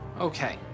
Okay